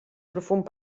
profund